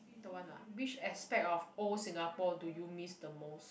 don't want lah which aspect of old singapore do you miss the most